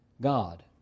God